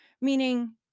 Meaning